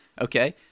okay